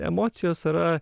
emocijos yra